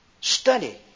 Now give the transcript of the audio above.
Study